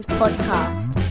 podcast